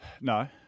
No